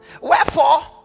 wherefore